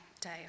day